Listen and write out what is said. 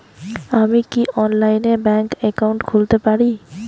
আমি কি অনলাইনে ব্যাংক একাউন্ট খুলতে পারি?